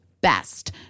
best